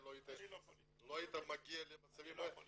לא היית מגיע למצבים --- אני לא פוליטיקאי.